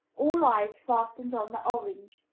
all eyes fastened on the orange.